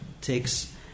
takes